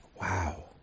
Wow